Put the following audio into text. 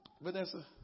Vanessa